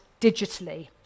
digitally